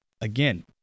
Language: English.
again